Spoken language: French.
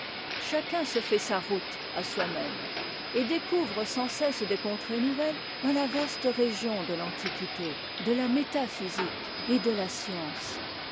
chacun se fait sa route à soimême et découvre sans cesse des contrées nouvelles dans la vaste région de l'antiquité de la métaphysique et de la science